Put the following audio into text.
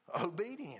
obedience